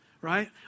right